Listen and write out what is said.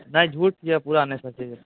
नहि झूठ यऽ पूरा नहि सचे यऽ पूरा